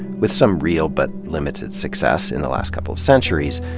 with some real but limited success, in the last couple of centuries.